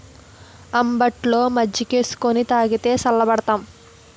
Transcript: అంబట్లో మజ్జికేసుకొని తాగితే సల్లబడతాం